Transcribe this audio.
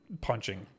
punching